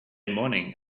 morning